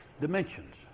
dimensions